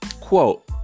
quote